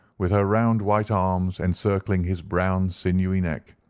with her round white arms encircling his brown sinewy neck,